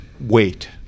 wait